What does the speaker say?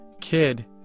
Kid